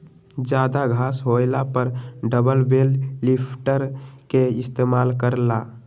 जादा घास होएला पर डबल बेल लिफ्टर के इस्तेमाल कर ल